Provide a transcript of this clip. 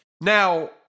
Now